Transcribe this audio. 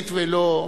גזענית ולא,